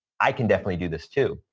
i can definitely do this too.